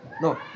no